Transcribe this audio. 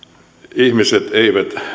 ihmiset eivät